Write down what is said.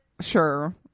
sure